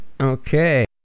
Okay